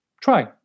try